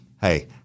Hey